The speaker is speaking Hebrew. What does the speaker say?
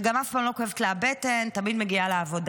וגם אף פעם לא כואבת לה הבטן, תמיד מגיעה לעבודה.